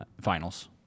finals